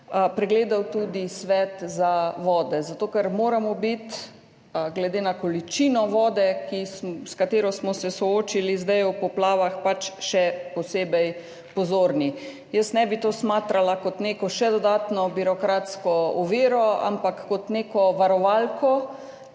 pregledal tudi Svet za vode, zato ker moramo biti glede na količino vode, s katero smo se soočili zdaj v poplavah, pač še posebej pozorni. Jaz tega ne bi smatrala kot še neko dodatno birokratsko oviro, ampak kot neko varovalko,